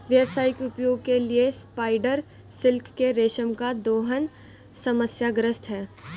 व्यावसायिक उपयोग के लिए स्पाइडर सिल्क के रेशम का दोहन समस्याग्रस्त है